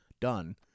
done